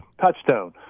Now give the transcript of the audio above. Touchstone